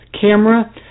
camera